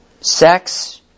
sex